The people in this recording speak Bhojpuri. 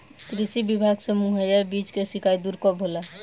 कृषि विभाग से मुहैया बीज के शिकायत दुर कब होला?